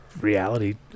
reality